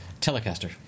Telecaster